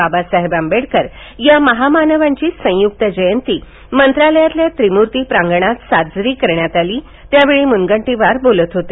बाबासाहेब आंबेडकर या महामानवांची संय्क्त जयंती मंत्रालयातील व्रिम्ती प्रांगणात साजरी करण्यात आली यावेळी मुनगंटीवार बोलत होते